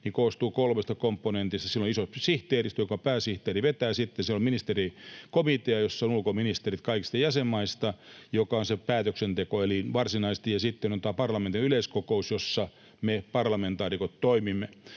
koostuu kolmesta komponentista. Siellä on iso sihteeristö, jota pääsihteeri vetää. Sitten siellä on ministerikomitea, jossa on ulkoministerit kaikista jäsenmaista, ja se on se päätöksentekoelin varsinaisesti, ja sitten on parlamentin yleiskokous, jossa me parlamentaarikot toimimme.